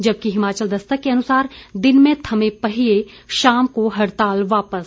जबकि हिमाचल दस्तक के अनुसार दिन में थमे पहिये शाम को हड़ताल वापस